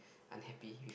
unhappy with